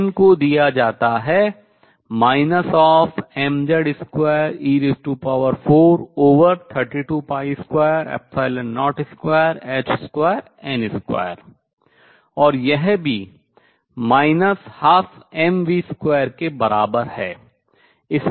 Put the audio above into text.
En को दिया जाता है mZ2e432202h2n2 और यह भी 12mv2 के बराबर है